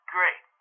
Great